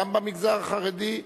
גם במגזר החרדי,